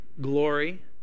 glory